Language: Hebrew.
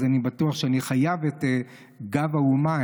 אז אני בטוח שאני חייב את גב האומה,